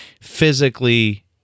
physically